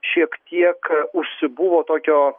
šiek tiek užsibuvo tokio